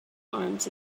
arms